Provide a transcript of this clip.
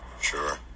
sure